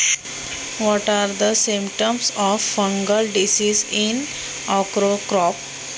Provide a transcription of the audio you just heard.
माझ्या भेंडीच्या पिकामध्ये बुरशीजन्य रोगाची लक्षणे कोणती आहेत?